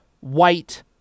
white